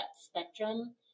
spectrum